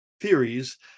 theories